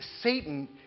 Satan